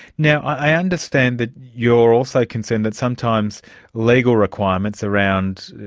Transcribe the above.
now, i understand that you're also concerned that sometimes legal requirements around,